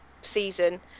season